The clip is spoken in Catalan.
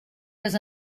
les